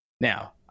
Now